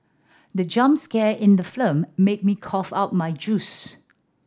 the jump scare in the made me cough out my juice